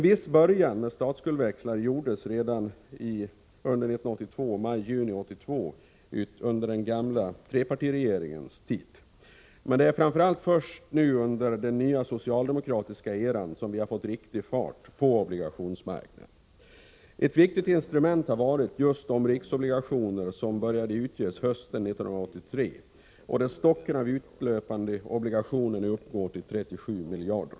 Man började med statsskuldsväxlar redan under maj och juni 1982 under den gamla mittenregeringens tid. Men det är först nu under den nya socialdemokratiska eran som vi fått riktig fart på obligationsmarknaden. Ett viktigt instrument har varit de riksobligationer som började utges hösten 1983, och där stocken av utelöpande obligationer nu uppgår till 37 miljarder.